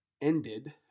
ended